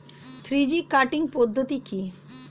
Three G cutting পদ্ধতি কি?